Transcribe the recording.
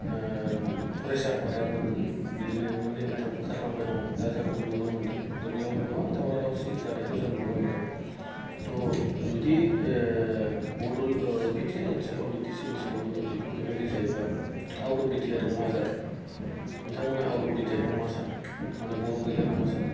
फरायसा आफादा मोननै बिदिनो मोननै मोनथाम ओंखारलांबाय ना दा जों नुनो मोन्दों दा बेयावनो गोबां दावराव दावसि जानायखौ जों नुनो मोन्दों त' जुदि बड' बिटिआर ओनसोलाव बिटिसि ओनसोलावनो जुदि बेबायदि जायोबा आउट अफ बिटिआराव मा जागोन बिथांमोना आउट अफ बिटिआरखौ मा सान्दों माने बर' गैलाना मा सान्दों